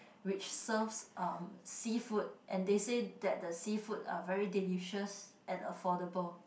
which serves uh seafood and they say that the seafood are very delicious and affordable